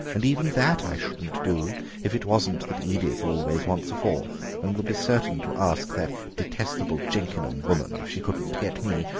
and even that i shouldn't do if it wasn't that edith always wants a fourth and would be certain to ask that detestable jenkinham woman if she couldn't get me.